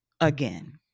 again